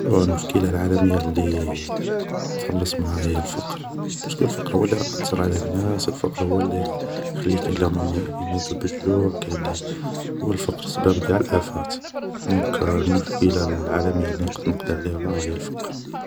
المشكلة العالمية اللي نتخلص منها هي الفقر بارسكو الفقر هو اللي راه ماتر على الناس هو الي راه يخلي كاين اللي راهم يموتو بالجوع كاين اللي هو الفقر هو سباب قاع الافات دونك المشكلة العالمية اللي نقد نقضي عليها هي الفقر